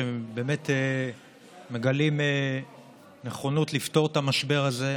שבאמת מגלים נכונות לפתור את המשבר הזה,